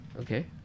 Okay